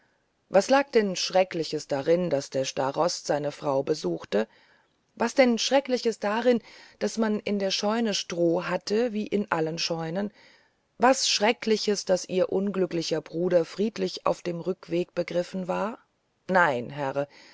was lag denn schreckliches darin daß der starost seine frau besuchte was denn schreckliches darin daß man in der scheune stroh hatte wie in allen scheunen was schreckliches daß ihr unglücklicher bruder friedlich auf dem rückweg begriffen war nein herr